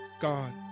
God